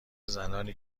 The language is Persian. زنانی